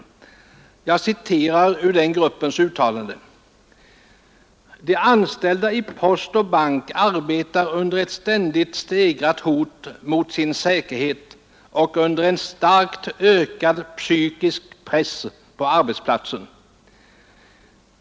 Jag citerar följande ur denna arbetsgrupps uttalande: ”De anställda i post och bank arbetar under ett ständigt stegrat hot mot sin säkerhet och under en starkt ökad psykisk press på arbetsplatsen.